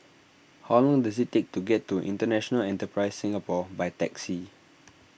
how long does it take to get to International Enterprise Singapore by taxi